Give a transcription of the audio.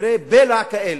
דברי בלע כאלה?